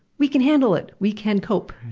we can handle it! we can cope.